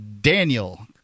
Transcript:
daniel